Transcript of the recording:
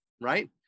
right